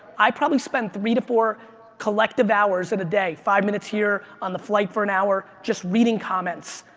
i probably spend three to four collective hours in a day, five minutes here, on the flight for an hour, just reading comments.